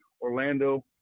Orlando